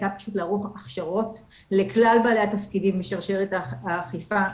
לערוך הכשרות לכלל בעלי התפקידים בשרשרת האכיפה,